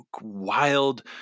wild